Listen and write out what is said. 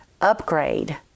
upgrade